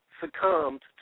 succumbed